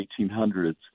1800s